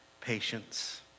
patience